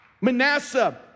Manasseh